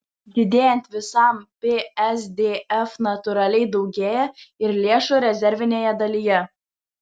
didėjant visam psdf natūraliai daugėja ir lėšų rezervinėje dalyje